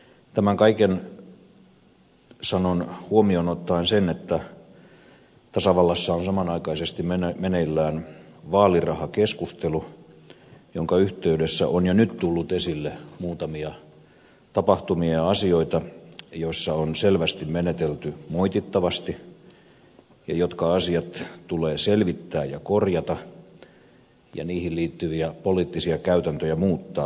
tämän kaiken sanon huomioon ottaen sen että tasavallassa on samanaikaisesti meneillään vaalirahakeskustelu jonka yhteydessä on jo nyt tullut esille muutamia tapahtumia ja asioita joissa on selvästi menetelty moitittavasti ja jotka asiat tulee selvittää ja korjata ja niihin liittyviä poliittisia käytäntöjä muuttaa